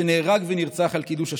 והוא נהרג ונרצח על קידוש השם.